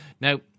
now